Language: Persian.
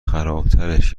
خرابترش